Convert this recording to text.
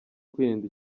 kwirinda